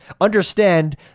understand